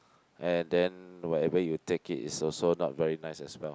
and then wherever you take it it's also not very nice as well